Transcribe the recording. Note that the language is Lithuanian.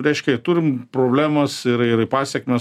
reiškia ir turim problemas ir ir pasekmes